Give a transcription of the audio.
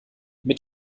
mit